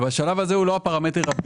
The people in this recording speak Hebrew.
לא, אתה לא חייב.